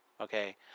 Okay